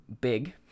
Big